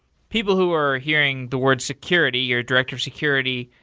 people who are hearing the word security, you're director of security,